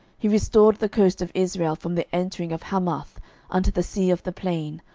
he restored the coast of israel from the entering of hamath unto the sea of the plain,